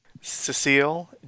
Cecile